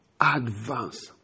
advance